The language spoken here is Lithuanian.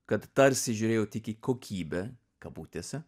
kad tarsi žiūrėjo tik į kokybę kabutėse